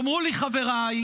תאמרו לי, חבריי,